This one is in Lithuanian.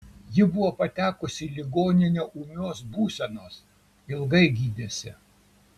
ji buvo patekusi į ligoninę ūmios būsenos ilgai gydėsi